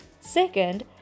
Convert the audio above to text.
Second